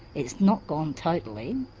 it's not gone totally,